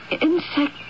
insect